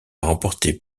remporté